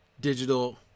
digital